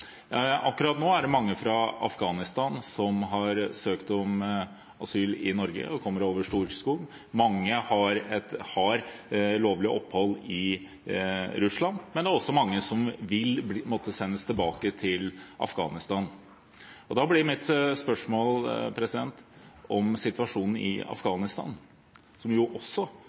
Akkurat nå er det mange fra Afghanistan som har søkt om asyl i Norge, og kommer over Storskog. Mange har lovlig opphold i Russland, men det er også mange som vil måtte sendes tilbake til Afghanistan. Da blir mitt spørsmål om situasjonen i